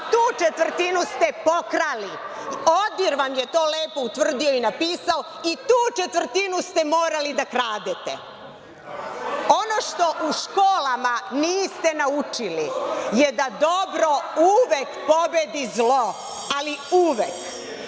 tu četvrtinu ste pokrali. ODIHR vam je to lepo utvrdio i napisao i tu četvrtinu ste morali da kradete. Ono što u školama niste naučili je da dobro uvek pobedi zlo, ali uvek.